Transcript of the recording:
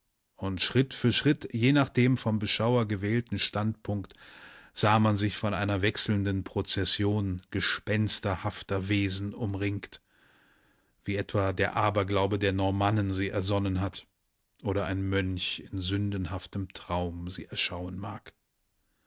und schritt für schritt je nach dem vom beschauer gewählten standpunkt sah man sich von einer wechselnden prozession gespensterhafter wesen umringt wie etwa der aberglaube der normannen sie ersonnen hat oder ein mönch in sündenhaftem traum sie erschauen mag